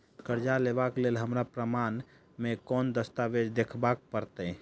करजा लेबाक लेल हमरा प्रमाण मेँ कोन दस्तावेज देखाबऽ पड़तै?